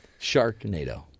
Sharknado